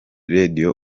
radio